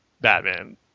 Batman